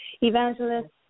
Evangelist